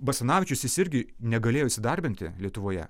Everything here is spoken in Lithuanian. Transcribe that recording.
basanavičius jis irgi negalėjo įsidarbinti lietuvoje